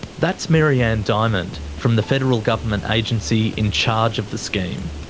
that's maryanne diamond from the federal government agency in charge of the scheme.